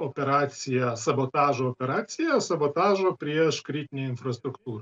operacija sabotažo operacija sabotažo prieš kritinę infrastruktūrą